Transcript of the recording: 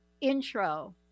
intro